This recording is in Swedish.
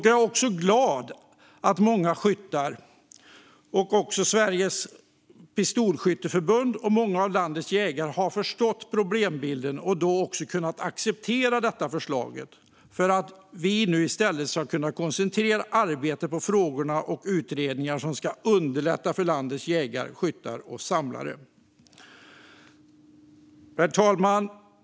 Jag är glad att många skyttar, Sveriges pistolskytteförbund och många av landets jägare har förstått problembilden och då också kunnat acceptera detta förslag så att vi nu i stället kan koncentrera arbetet på frågor och utredningar som handlar om att underlätta för landets jägare, skyttar och samlare. Herr talman!